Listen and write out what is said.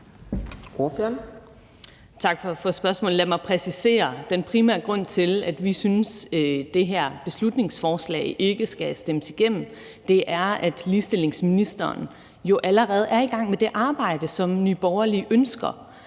Tak for spørgsmålet. Lad mig præcisere det. Den primære grund til, at vi synes, det her beslutningsforslag ikke skal stemmes igennem, er, at ligestillingsministeren jo allerede er i gang med det arbejde, som Nye Borgerlige ønsker